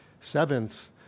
Seventh